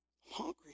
hungry